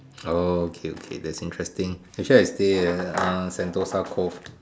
oh okay okay that's interesting actually I stay at ah Sentosa Cove